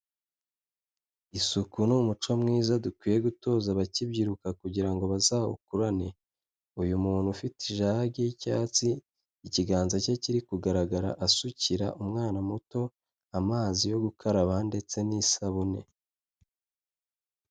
Isuku ni umuco mwiza dukwiye gutoza abakibyiruka kugira ngo bazawukurane. Uyu muntu ufite ijagi y'icyatsi ikiganza cye kiri kugaragara asukira umwana muto amazi yo gukaraba ndetse n'isabune.